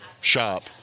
shop